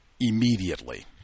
immediately